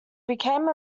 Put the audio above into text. became